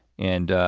and